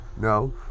No